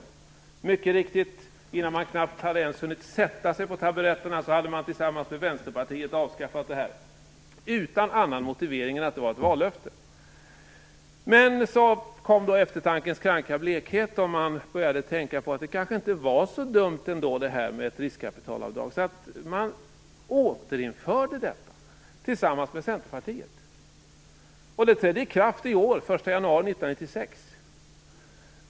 Och mycket riktigt, man hann knappt ens sätta sig på taburetterna förrän man tillsammans med Vänsterpartiet hade avskaffat riskkapitalavdraget. Den enda motiveringen var att det var ett vallöfte. Men så kom eftertankens kranka blekhet. Man började tänka att det kanske inte var så dumt med ett riskkapitalavdrag. Därför återinförde man detta tillsammans med Centerpartiet. Detta trädde i kraft den 1 januari i år, 1996.